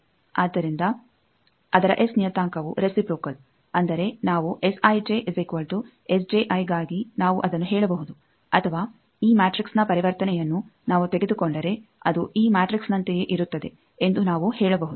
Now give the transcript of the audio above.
ಆದ್ದರಿಂದ ಆದರ ಎಸ್ ನಿಯತಾಂಕವು ರೆಸಿಪ್ರೋಕಲ್ ಅಂದರೆ ನಾವು ಗಾಗಿ ನಾವು ಅದನ್ನು ಹೇಳಬಹುದು ಅಥವಾ ಈ ಮ್ಯಾಟ್ರಿಕ್ಸ್ನ ಪರಿವರ್ತನೆಯನ್ನು ನಾವು ತೆಗೆದುಕೊಂಡರೆ ಅದು ಈ ಮ್ಯಾಟ್ರಿಕ್ಸ್ ನಂತೆಯೇ ಇರುತ್ತದೆ ಎಂದು ನಾವು ಹೇಳಬಹುದು